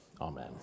Amen